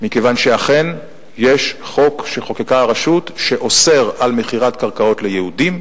מכיוון שאכן יש חוק שחוקקה הרשות שאוסר מכירת קרקעות ליהודים,